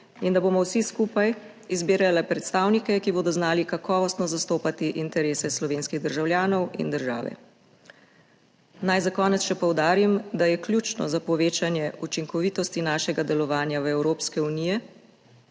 in da bomo vsi skupaj izbirali predstavnike, ki bodo znali kakovostno zastopati interese slovenskih državljanov in države. Naj za konec še poudarim, da je ključno za povečanje učinkovitosti našega delovanja v Evropski uniji